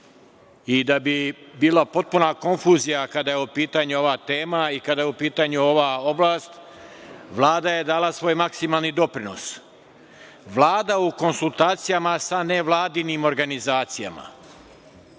i da bi bila potpuna konfuzija, kada je u pitanju ova tema i kada je u pitanja ova oblast, Vlada je dala svoj maksimalni doprinos. Vlada u konsultacijama sa nevladinim organizacijama